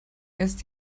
erst